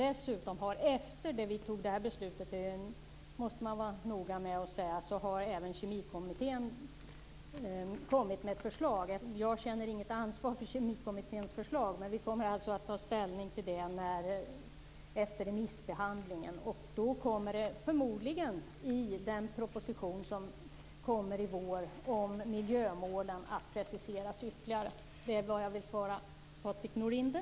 Efter det att vi fattade det här beslutet har dessutom - det måste man vara noga med att säga - Kemikommittén kommit med ett förslag. Jag känner inget ansvar för Kemikommitténs förslag, men vi kommer att ta ställning till det efter remissbehandlingen. Det kommer förmodligen att preciseras ytterligare i den proposition som kommer i vår om miljömålen. Det är vad jag vill svara Patrik Norinder.